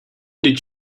did